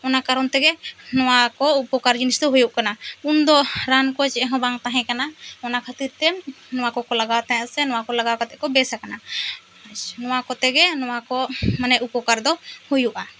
ᱚᱱᱟ ᱠᱟᱨᱚᱱ ᱛᱮᱜᱮ ᱱᱚᱣᱟ ᱠᱚ ᱩᱯᱚᱠᱟᱨ ᱡᱤᱱᱤᱥ ᱫᱚ ᱦᱩᱭᱩᱜ ᱠᱟᱱᱟ ᱩᱱ ᱫᱚ ᱨᱟᱱ ᱠᱚ ᱪᱮᱫ ᱦᱚᱸ ᱵᱟᱝ ᱛᱟᱦᱮᱸ ᱠᱟᱱᱟ ᱚᱱᱟ ᱠᱷᱟᱹᱛᱤᱨ ᱛᱮ ᱱᱚᱭᱟ ᱠᱚᱠᱚ ᱞᱟᱜᱟᱣ ᱛᱟᱦᱮᱸᱫ ᱥᱮ ᱱᱚᱭᱟ ᱠᱚ ᱞᱟᱜᱟᱣ ᱠᱟᱛᱮᱫ ᱠᱚ ᱵᱮᱥᱟ ᱠᱟᱱᱟ ᱟᱪᱪᱷᱟ ᱱᱚᱭᱟ ᱠᱚᱛᱮ ᱜᱮ ᱱᱚᱣᱟ ᱠᱚ ᱢᱟᱱᱮ ᱩᱯᱚᱠᱟᱨ ᱫᱚ ᱦᱩᱭᱩᱜᱼᱟ